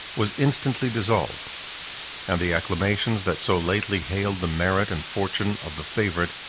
was instantly dissolved and the acclamations that so lately hailed the merit and fortune of the favorite,